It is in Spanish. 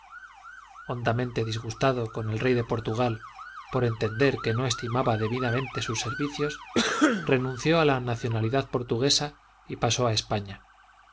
hondamente disgustado con el rey de portugal por entender que no estimaba debidamente sus servicios renunció la nacionalidad portuguesa y pasó a españa